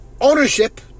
ownership